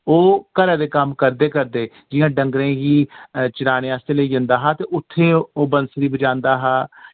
ओह् घरे दे कम्म करदे करदे जि'यां डंगरे गी चराने आस्तै लेई जंदा हा ते उत्थे ओ बंसरी बजांदा हा